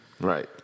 right